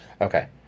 Okay